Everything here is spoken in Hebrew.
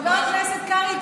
חבר הכנסת קרעי,